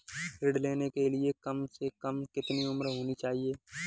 ऋण लेने के लिए कम से कम कितनी उम्र होनी चाहिए?